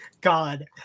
God